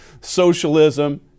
socialism